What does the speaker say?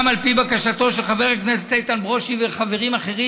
גם על פי בקשתו של חבר הכנסת איתן ברושי וחברים אחרים,